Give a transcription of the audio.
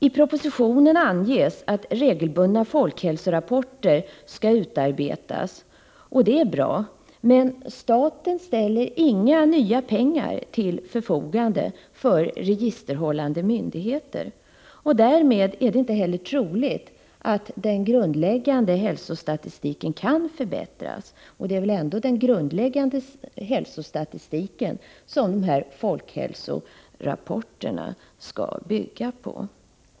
I propositionen anges att regelbundna folkhälsorapporter skall utarbetas, och det är bra, men staten ställer inga nya pengar till förfogande för registerhållande myndigheter — och därmed är det inte heller troligt att den grundläggande hälsostatistiken kan förbättras. Och det är väl ändå den grundläggande hälsostatistiken som folkhälsorapporterna skall bygga på.